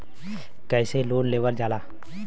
कैसे लोन लेवल जाला?